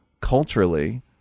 culturally